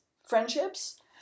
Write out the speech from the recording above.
friendships